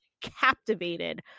captivated